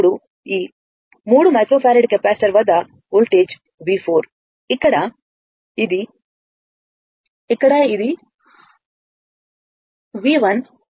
అప్పుడు ఈ 3 microfarad capacitor వద్ద వోల్టేజ్ V4 ఇక్కడ ఇది V1